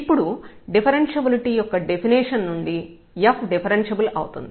ఇప్పుడు డిఫరెన్షబులిటీ యొక్క డెఫినిషన్ నుండి f డిఫరెన్ష్యబుల్ అవుతుంది